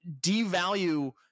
devalue